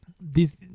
these-